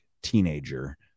teenager